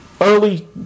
Early